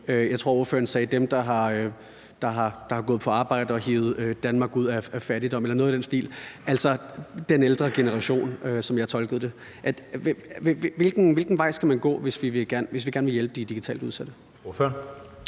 jeg tror ordføreren sagde dem, der har gået på arbejde og hevet Danmark ud af fattigdom eller noget i den stil, altså den ældre generation, som jeg tolkede det? Hvilken vej skal vi gå, hvis vi gerne vil hjælpe de digitalt udsatte? Kl.